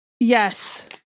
Yes